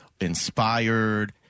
inspired